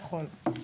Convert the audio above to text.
נכון.